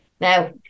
Now